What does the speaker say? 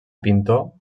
pintor